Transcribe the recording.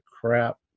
crap